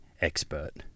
expert